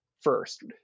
first